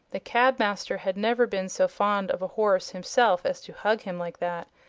the cab-master had never been so fond of a horse himself as to hug him like that,